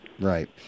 Right